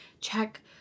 check